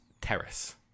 Terrace